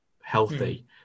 healthy